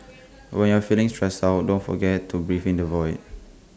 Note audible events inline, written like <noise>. <noise> when you are feeling stressed out don't forget to breathe in the void